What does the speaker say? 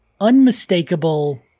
unmistakable